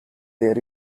there